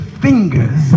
fingers